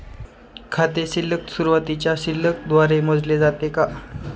खाते शिल्लक सुरुवातीच्या शिल्लक द्वारे मोजले जाते का?